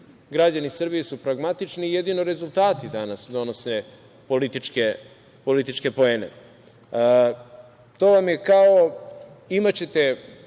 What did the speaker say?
Građani Srbije pragmatični i jedino rezultati danas donose političke poene. To vam je kao, imaćete